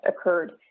occurred